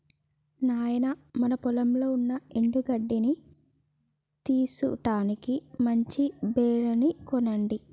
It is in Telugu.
నాయినా మన పొలంలో ఉన్న ఎండు గడ్డిని తీసుటానికి మంచి బెలర్ ని కొనండి